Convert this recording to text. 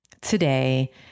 today